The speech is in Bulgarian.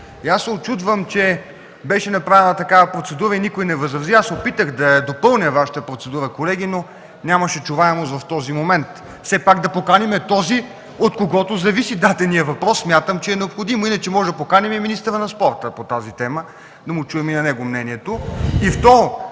Аз се учудвам, че беше направена такава процедура и никой не възрази. Аз се опитах да допълня Вашата процедура, колеги, но нямаше чуваемост в този момент. Все пак да поканим този, от когото зависи дадения въпрос. Смятам, че е необходимо, иначе можем да поканим и министъра на спорта по тази тема, да чуем и неговото мнение.